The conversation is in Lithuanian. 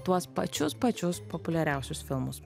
tuos pačius pačius populiariausius filmus